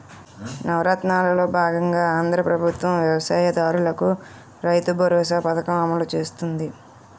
నవరత్నాలలో బాగంగా ఆంధ్రా ప్రభుత్వం వ్యవసాయ దారులకు రైతుబరోసా పథకం అమలు చేస్తుంది